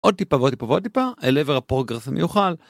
עוד טיפה ועוד טיפה ועוד טיפה אל עבר הפורגרס המיוחל.